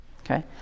Okay